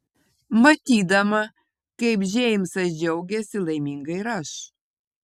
matydama kaip džeimsas džiaugiasi laiminga ir aš